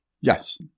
Yes